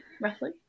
roughly